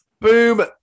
Boom